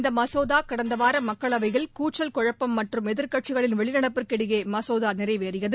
இந்த மசோதா கடந்த வாரம் மக்களவையில் கூச்சல் குழப்பம் மற்றும் எதிர்க்கட்சிகளின் வெளிநடப்பிற்கு இடையே மசோதா நிறைவேறியது